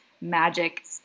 magic